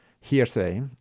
hearsay